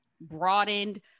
broadened